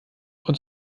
und